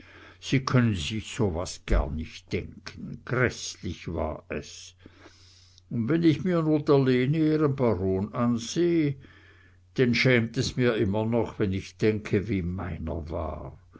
sie können sich so was gar nich denken gräßlich war es und wenn ich mir nu der lene ihren baron ansehe denn schämt es mir immer noch wenn ich denke wie meiner war